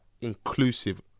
inclusive